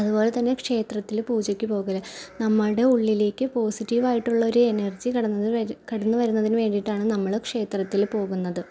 അതുപോലെ തന്നെ ക്ഷേത്രത്തില് പൂജയ്ക്ക് പോകല് നമ്മുടെ ഉള്ളിലേക്ക് പോസിറ്റീവായിട്ടുള്ളൊര് എനർജി കടന്ന് വര് കടന്ന് വരുന്നതിന് വേണ്ടിയിട്ടാണ് നമ്മള് ക്ഷേത്രത്തില് പോകുന്നത്